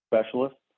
specialists